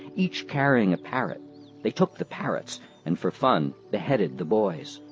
each carrying a parrot they took the parrots and for fun beheaded the boys.